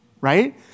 right